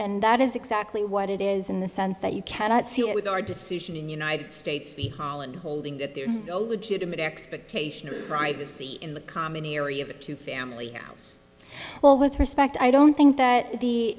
and that is exactly what it is in the sense that you cannot see it with our decision in united states v holland holding that there are no legitimate expectation of privacy in the common area of the two family house well with respect i don't think that the